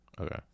Okay